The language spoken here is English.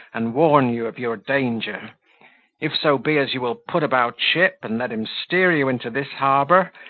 and warn you of your danger if so be as you will put about ship, and let him steer you into this harbour,